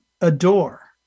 adore